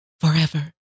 forever